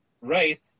right